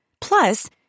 Plus